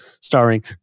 starring